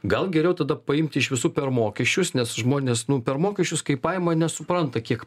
gal geriau tada paimti iš visų per mokesčius nes žmonės nu per mokesčius kai paima nesupranta kiek